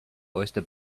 oyster